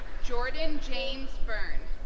jordan james byrne